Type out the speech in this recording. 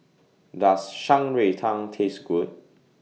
Does Shan Rui Tang Taste Good